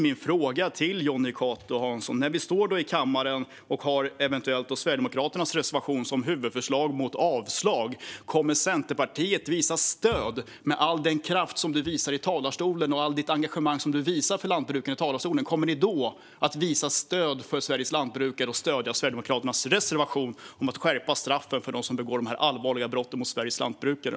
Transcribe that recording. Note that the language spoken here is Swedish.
Min fråga till Jonny Cato Hansson är: När vi står i kammaren och eventuellt har Sverigedemokraternas reservation som huvudförslag mot avslag, kommer Centerpartiet då att visa stöd med all den kraft som Jonny Cato Hansson visar i talarstolen och allt det engagemang som Jonny Cato Hansson visar för lantbrukarna? Kommer ni då att visa stöd för Sveriges lantbrukare och stödja Sverigedemokraternas reservation om att skärpa straffen för dem som begår dessa allvarliga brott mot Sveriges lantbrukare?